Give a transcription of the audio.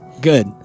good